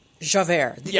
Javert